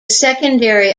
secondary